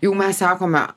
jau mes sakome